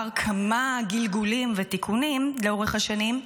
כמה גלגולים ותיקונים לאורך השנים,